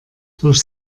durch